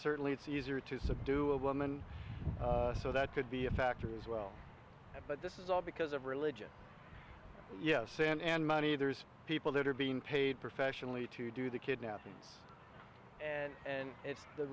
certainly it's easier to subdue a woman so that could be a factor as well but this is all because of religion yes and money there's people that are being paid professionally to do the kidnapping and and it's the